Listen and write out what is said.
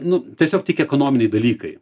nu tiesiog tik ekonominiai dalykai